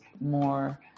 more